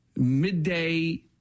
Midday